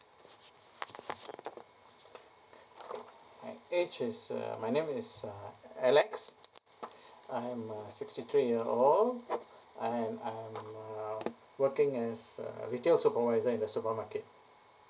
my age is uh my name is uh alex I am uh sixty three year old I am I am uh working as a retail supervisor in the supermarket